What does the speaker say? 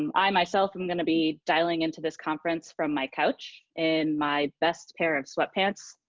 um i myself am going to be dialling into this conference from my couch in my best pair of sweatpants,